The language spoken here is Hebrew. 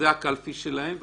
זו הקלפי שלהם.